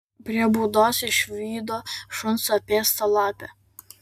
prie būdos išvydo šuns apėstą lapę